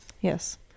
Yes